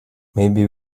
maybe